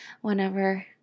whenever